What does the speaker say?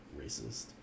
racist